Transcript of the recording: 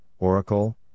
Oracle